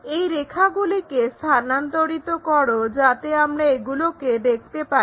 এই রেখাগুলিকে স্থানান্তরিত করো যাতে আমরা এগুলোকে দেখতে পারি